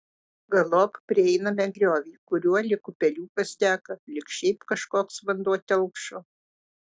galop prieiname griovį kuriuo lyg upeliukas teka lyg šiaip kažkoks vanduo telkšo